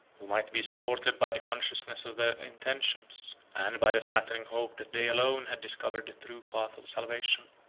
who might be supported by the consciousness of their intentions, and by the flattering hope that they alone had discovered the true path of salvation,